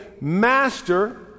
Master